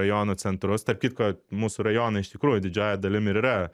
rajonų centrus tarp kitko mūsų rajoną iš tikrųjų didžiąja dalim ir yra